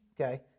Okay